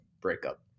breakup